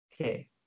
Okay